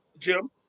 Jim